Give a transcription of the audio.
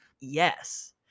yes